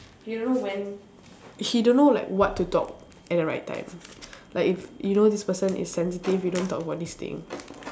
he don't know when he don't know like what to talk at the right time like if you know this person is sensitive you don't talk about this thing